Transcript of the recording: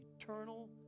eternal